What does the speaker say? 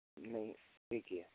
नहीं पे किया